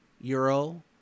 Euro